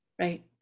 Right